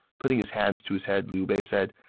putting his hands to his head, liu bei said,